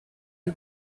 you